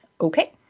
okay